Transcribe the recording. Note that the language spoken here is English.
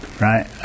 right